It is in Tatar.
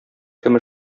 кем